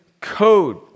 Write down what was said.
code